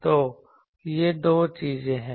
तो ये दो चीजें हैं